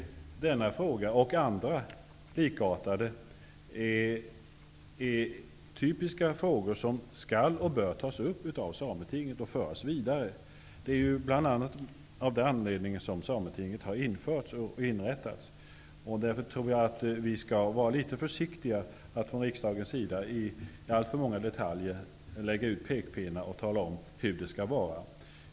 Denna fråga och liknande frågor utgör sådana typiska frågor som skall och bör tas upp av sametinget och föras vidare. Det är ett av skälen till att sametinget skall inrättats. Jag tror därför att vi skall vara litet försiktiga med att från riksdagens sida lägga ut pekpinnar när det gäller alltför många detaljer och tala om hur det skall vara.